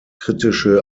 kritische